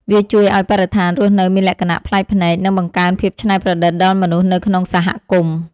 វាជួយឱ្យបរិស្ថានរស់នៅមានលក្ខណៈប្លែកភ្នែក និងបង្កើនភាពច្នៃប្រឌិតដល់មនុស្សនៅក្នុងសហគមន៍។